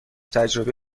تجربه